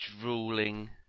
drooling